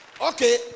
okay